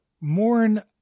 mourn